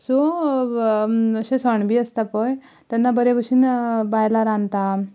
so अशे सण बी आसता पय तेन्ना बरे भशेन बायलां रांदता